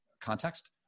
context